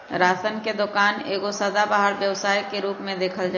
ration के दोकान एगो सदाबहार व्यवसाय के रूप में देखल जाइ छइ